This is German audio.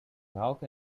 rauche